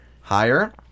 Higher